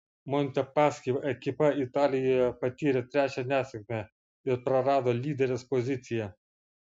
montepaschi ekipa italijoje patyrė trečią nesėkmę ir prarado lyderės poziciją